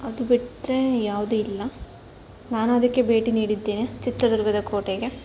ಅದು ಬಿಟ್ಟರೆ ಯಾವುದೂ ಇಲ್ಲ ನಾನು ಅದಕ್ಕೆ ಭೇಟಿ ನೀಡಿದ್ದೇನೆ ಚಿತ್ರದುರ್ಗದ ಕೋಟೆಗೆ